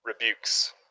rebukes